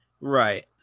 Right